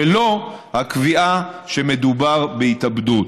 ולא קביעה שמדובר בהתאבדות.